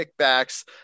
kickbacks